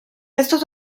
estos